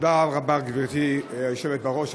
תודה רבה, גברתי היושבת-ראש.